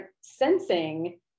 sensing